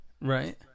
right